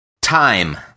Time